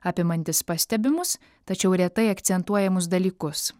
apimantis pastebimus tačiau retai akcentuojamus dalykus